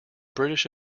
british